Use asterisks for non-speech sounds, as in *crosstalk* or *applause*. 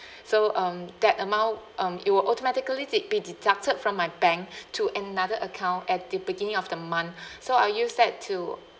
*breath* so um that amount um it will automatically de~ be deducted from my bank to another account at the beginning of the month *breath* so I use that to